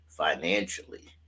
financially